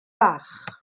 fach